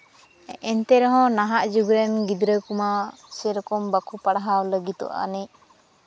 ᱮᱱᱛᱮ ᱨᱮᱦᱚᱸ ᱱᱟᱦᱟᱜ ᱡᱩᱜᱽ ᱨᱮᱱ ᱜᱤᱫᱽᱨᱟᱹ ᱠᱚᱢᱟ ᱥᱮᱨᱚᱠᱚᱢ ᱵᱟᱠᱚ ᱯᱟᱲᱦᱟᱣ ᱞᱟᱹᱜᱤᱫᱚᱜᱼᱟ ᱟᱹᱱᱤᱡ